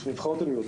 יש נבחרות לאומיות,